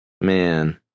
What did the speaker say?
Man